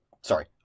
sorry